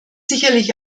sicherlich